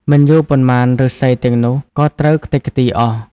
មិនយូរប៉ុន្មានឫស្សីទាំងនោះក៏ត្រូវខ្ទេចខ្ទីអស់។